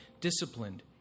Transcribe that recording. disciplined